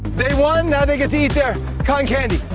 they won, now they get to eat their cotton candy,